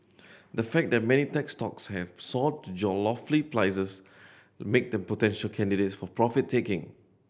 the fact that many tech stocks have soared to lofty prices make them potential candidates for profit taking